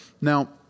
Now